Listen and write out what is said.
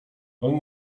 oni